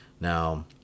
now